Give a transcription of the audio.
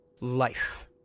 life